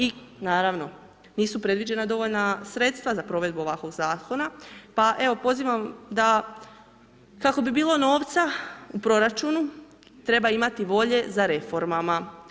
I naravno, nisu predviđena dovoljna sredstva za provedbu ovakvog Zakona, pa evo, pozivam da kako bi bilo novca u proračunu treba imati volje za reformama.